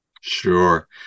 Sure